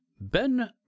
Ben